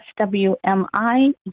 swmi